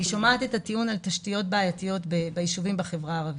אני שומעת את הטיעון על תשתיות בעייתיות ביישובים בחברה הערבית.